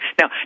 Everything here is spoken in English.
Now